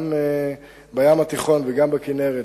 גם בים התיכון וגם בכינרת,